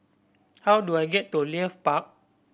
how do I get to Leith Park